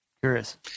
Curious